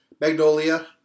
Magnolia